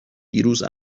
دیروز